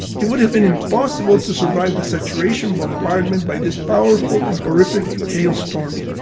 it would have been impossible to survive the saturation bombardment by this powerful and horrific hailstorm.